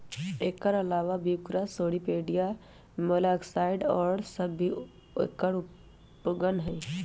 एकर अलावा brachyura, cirripedia, malacostraca और सब भी एकर उपगण हई